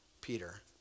Peter